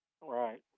right